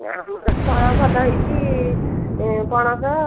ଆମର ତ ଭଲ ହେଇଛି ପଣସ